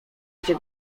gdzie